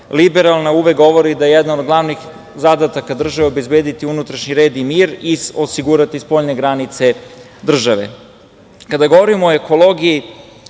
liberalna, uvek govori da je jedan od glavnih zadataka države pobediti unutrašnji red i mir i osigurati spoljne granice države. Kada govorimo o ekologiji,